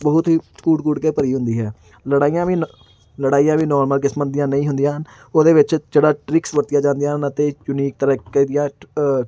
ਬਹੁਤ ਹੀ ਕੂਟ ਕੂਟ ਕੇ ਭਰੀ ਹੁੰਦੀ ਹੈ ਲੜਾਈਆਂ ਵੀ ਨ ਲੜਾਈਆਂ ਵੀ ਨੋਰਮਲ ਕਿਸਮ ਦੀਆਂ ਨਹੀਂ ਹੁੰਦੀਆਂ ਹਨ ਉਹਦੇ ਵਿੱਚ ਜਿਹੜਾ ਟਰਿਕਸ ਵਰਤੀਆਂ ਜਾਂਦੀਆਂ ਹਨ ਅਤੇ ਯੂਨੀਕ ਤਰੀਕੇ ਦੀਆਂ ਟ ਅ